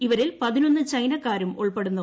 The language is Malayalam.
ഇവരിൽ പതിനൊന്ന് ചൈനക്കാരും ഉൾപ്പെടുന്നു